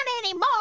anymore